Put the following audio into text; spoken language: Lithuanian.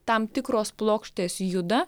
tam tikros plokštės juda